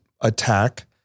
attack